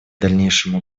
дальнейшему